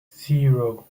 zero